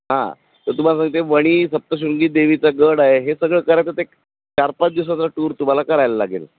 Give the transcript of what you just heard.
हां तर तुम्हाला सांगते वणी सप्तशृंगी देवीचं गड आहे हे सगळं करायचं तर एक चार पाच दिवसाचा टूर तुम्हाला करायला लागेल